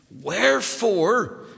Wherefore